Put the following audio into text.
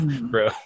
bro